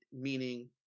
meaning